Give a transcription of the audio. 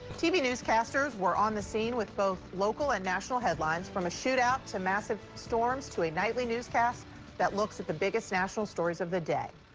tv newscasters were on the scene with both local and national headlines from a shootout to massive storms to a nightly newscast that looks at the biggest national stories of the day.